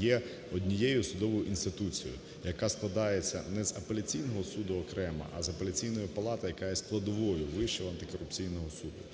є однією з судовою інституцією, яка складається не з Апеляційного суду окремо, а з Апеляційної палати, яка є складовою Вищого антикорупційного суду.